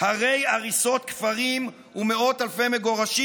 הרי הריסות כפרים ומאות אלפי מגורשים.